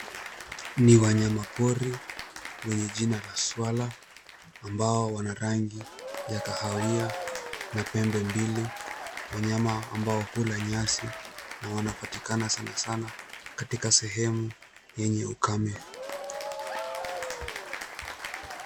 Ni wanyama pori wenye jina la swara ambao wana rangi ya kahawia na pembe mbili. Wanyama ambao hula nyasi na wanapatikana sanasana katika sehemu yenye ukame.